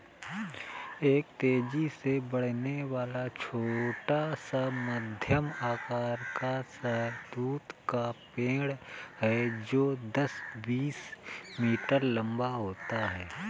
एक तेजी से बढ़ने वाला, छोटा से मध्यम आकार का शहतूत का पेड़ है जो दस, बीस मीटर लंबा होता है